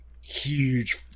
huge